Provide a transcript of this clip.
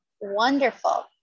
wonderful